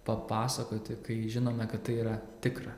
papasakoti kai žinome kad tai yra tikra